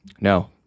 no